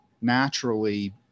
naturally